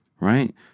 right